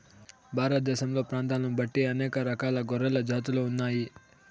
భారతదేశంలో ప్రాంతాలను బట్టి అనేక రకాల గొర్రెల జాతులు ఉన్నాయి